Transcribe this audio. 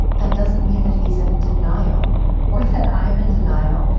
that doesn't mean that he's in denial or that i'm in denial.